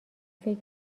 فکر